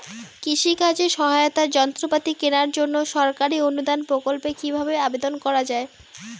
কৃষি কাজে সহায়তার যন্ত্রপাতি কেনার জন্য সরকারি অনুদান প্রকল্পে কীভাবে আবেদন করা য়ায়?